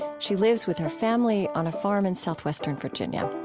she lives with her family on a farm in southwestern virginia